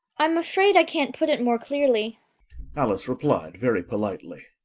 i'm afraid i can't put it more clearly alice replied very politely,